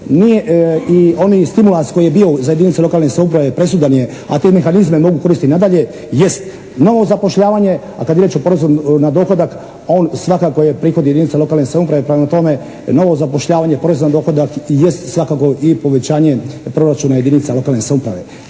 i oni stimulans koji je bio za jedinice lokalne samouprave presudan je, a te mehanizme mogu koristiti nadalje jest novo zapošljavanje, a kad je riječ o porezu na dohodak on svakako je prihod jedinica lokalne samouprave, prema tome novo zapošljavanje i porez na dohodak jest svakako i povećanje proračuna jedinica lokalne samouprave.